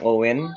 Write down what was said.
Owen